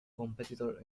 competitor